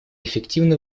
эффективно